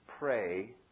Pray